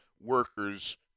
workers